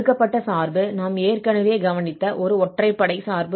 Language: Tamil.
கொடுக்கப்பட்ட சார்பு நாம் ஏற்கனவே கவனித்த ஒரு ஒற்றைப்படை சார்பு ஆகும்